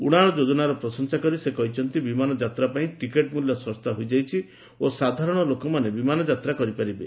ଉଡ଼ାଣ ଯୋଜନାର ପ୍ରଶଂସା କରି ସେ କହିଛନ୍ତି ବିମାନ ଯାତ୍ରା ପାଇଁ ଟିକେଟ ମୂଲ୍ୟ ଶସ୍ତା ହୋଇଯାଇଛି ଓ ସାଧାରଣ ଲୋକମାନେ ବିମାନ ଯାତ୍ରା କରିପାରିବେ